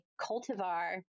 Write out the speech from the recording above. cultivar